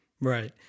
Right